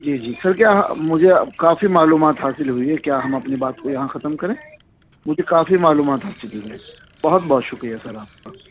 جی جی سر کیا مجھے کافی معلومات حاصل ہوئی ہے کیا ہم اپنی بات کو یہاں ختم کریں مجھے کافی معلومات حاصل ہوئی ہے بہت بہت شکریہ سر آپ کا